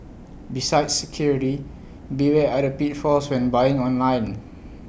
besides security beware other pitfalls when buying online